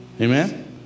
amen